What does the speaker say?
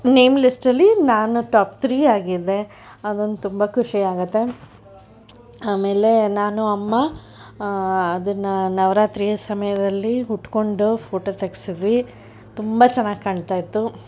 name ಲಿಸ್ಟಲ್ಲಿ ನಾನು top three ಆಗಿದ್ದೆ ಅದೊಂದು ತುಂಬ ಖುಷಿಯಾಗುತ್ತೆ ಆಮೇಲೆ ನಾನು ಅಮ್ಮ ಅದನ್ನು ನವರಾತ್ರಿ ಸಮಯದಲ್ಲಿ ಉಟ್ಕೊಂಡು ಫೋಟೋ ತೆಗಿಸಿದ್ವಿ ತುಂಬ ಚೆನ್ನಾಗಿ ಕಾಣ್ತಾಯಿತ್ತು